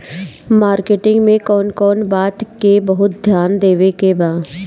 Marketing मे कौन कौन बात के बहुत ध्यान देवे के बा?